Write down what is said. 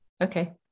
okay